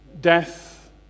Death